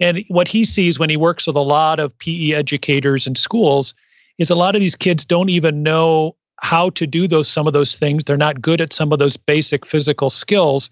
and what he sees when he works with a lot of pe educators in schools is a lot of these kids don't even know how to do those, some of those things. they're not good at some of those basic physical skills,